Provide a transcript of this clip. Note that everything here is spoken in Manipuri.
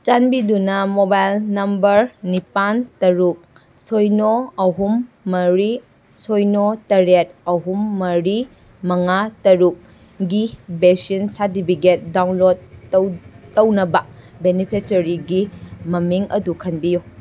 ꯆꯥꯟꯕꯤꯗꯨꯅ ꯃꯣꯕꯥꯏꯜ ꯅꯝꯕꯔ ꯅꯤꯄꯥꯜ ꯇꯔꯨꯛ ꯁꯤꯅꯣ ꯑꯍꯨꯝ ꯃꯔꯤ ꯁꯤꯅꯣ ꯇꯔꯦꯠ ꯑꯍꯨꯝ ꯃꯔꯤ ꯃꯉꯥ ꯇꯔꯨꯛꯀꯤ ꯚꯦꯁꯤꯟ ꯁꯥꯔꯗꯤꯕꯤꯒꯦꯠ ꯗꯥꯎꯟꯂꯣꯠ ꯇꯧꯅꯕ ꯕꯦꯅꯤꯐꯦꯁꯔꯤꯒꯤ ꯃꯃꯤꯡ ꯑꯗꯨ ꯈꯟꯕꯤꯌꯨ